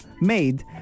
made